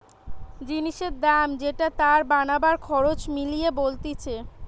জিনিসের দাম যেটা তার বানাবার খরচ মিলিয়ে বলতিছে